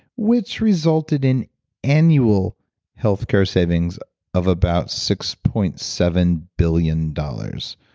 which resulted in annual healthcare savings of about six point seven billion dollars.